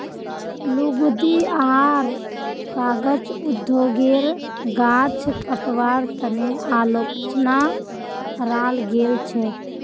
लुगदी आर कागज उद्योगेर गाछ कटवार तने आलोचना कराल गेल छेक